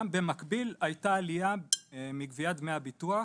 גם במקביל הייתה עלייה מגביית דמי הביטוח